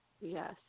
Yes